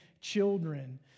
children